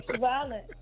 violent